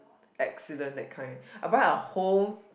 excellent that kind I buy a whole